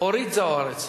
אורית זוארץ.